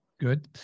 Good